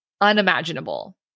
unimaginable